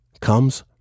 comes